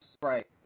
Right